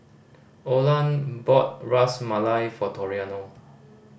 Olan bought Ras Malai for Toriano